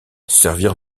servir